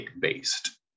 based